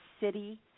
city